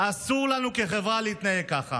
אסור לנו כחברה להתנהג ככה.